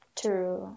true